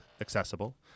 accessible